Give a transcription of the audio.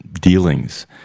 dealings